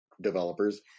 developers